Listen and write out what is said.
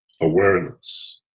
awareness